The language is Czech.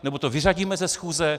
Nebo to vyřadíme ze schůze?